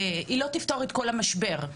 היא לא תפתור את כל המשבר.